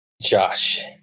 Josh